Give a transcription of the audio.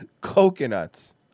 Coconuts